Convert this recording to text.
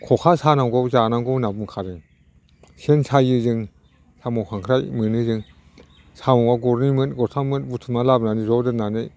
खखा सानांगौ जानांगौ होनना बुंखादों सेन सायो जों साम' खांख्राय मोनो जों साम'आ गरनै मोन गरथाम मोन बुथुमनानै ज' दोननानै